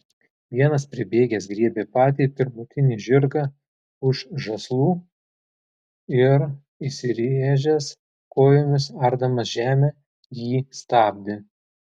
vienas pribėgęs griebė patį pirmutinį žirgą už žąslų ir įsiręžęs kojomis ardamas žemę jį stabdė